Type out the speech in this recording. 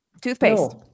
toothpaste